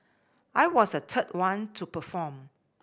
I was the third one to perform